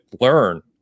learn